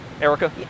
Erica